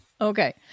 okay